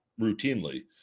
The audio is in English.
routinely